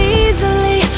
easily